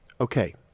okay